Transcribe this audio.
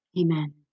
Amen